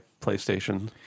PlayStation